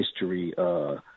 history